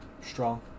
strong